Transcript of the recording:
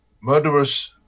murderous